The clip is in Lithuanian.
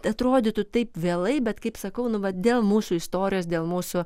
atrodytų taip vėlai bet kaip sakau nu vat dėl mūsų istorijos dėl mūsų